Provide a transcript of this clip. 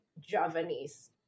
Javanese